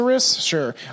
Sure